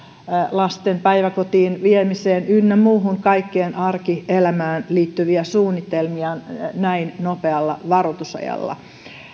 lasten päiväkotiin viemiseen ynnä muuhun kaikkeen arkielämään liittyviä suunnitelmiaan näin nopealla varoitusajalla